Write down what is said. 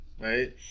Right